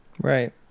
Right